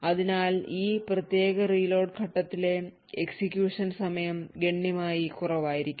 അതിനാൽ ഈ പ്രത്യേക റീലോഡ് ഘട്ടത്തിലെ execution സമയം ഗണ്യമായി കുറവായിരിക്കും